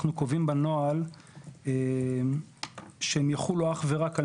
אנחנו קובעים בנוהל שהם יחולו אך ורק על